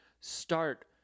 start